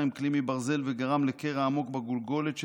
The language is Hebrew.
עם כלי מברזל וגרם לקרע עמוק בגולגולת שלה.